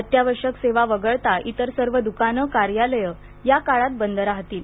अत्यावश्यक सेवा वगळता इतर सर्व दुकानं कार्यालयं या कालात बंद राहतील